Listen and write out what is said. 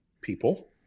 people